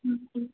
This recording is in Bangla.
হুম হুম